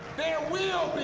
there will